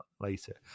later